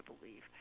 believe